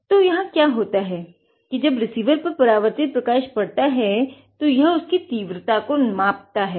तो यहाँ क्या होता है कि जब रिसीवर पर परावर्तित प्रकाश पढता है तो यह उसकी तीव्रता को मापता है